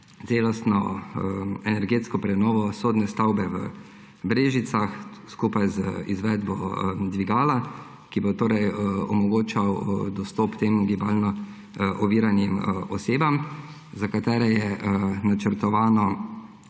celostno energetsko prenovo sodne stavbe v Brežicah, skupaj z izvedbo dvigala, ki bo omogočalo dostop gibalno oviranim osebam, za katere je načrtovano